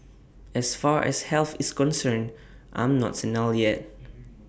as far as health is concerned I'm not senile yet